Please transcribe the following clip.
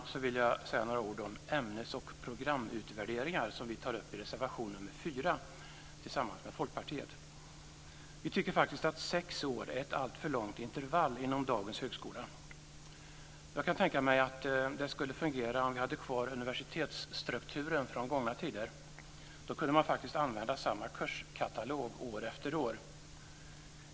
Sedan vill jag säga några ord om ämnes och programutvärderingar som vi tillsammans med Folkpartiet tar upp i reservation nr 4. Vi tycker faktiskt att sex år är ett alltför långt intervall inom dagens högskola. Jag kan tänka mig att det skulle fungera om vi hade kvar universitetsstrukturen från gångna tider. Då kunde man faktiskt använda samma kurskatalog år efter år.